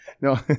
no